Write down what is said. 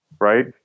right